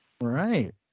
right